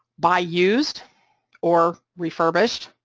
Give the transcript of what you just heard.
buy used or refurbished,